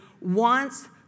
wants